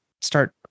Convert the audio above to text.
start